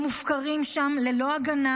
הם מופקרים שם ללא ההגנה.